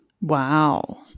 Wow